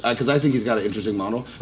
because i think he's got an interesting model.